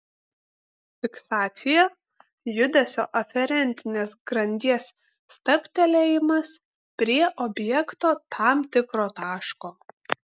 fiksacija judesio aferentinės grandies stabtelėjimas prie objekto tam tikro taško